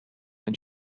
and